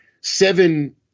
seven